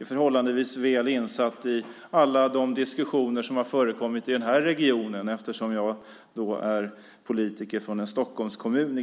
är förhållandevis väl insatt i alla de diskussioner som förekommit i denna region eftersom jag i grunden är politiker från en Stockholmskommun.